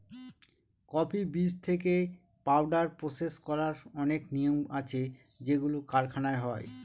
coffee বীজ থেকে powder process করার অনেক নিয়ম আছে যেগুলো কারখানায় হয়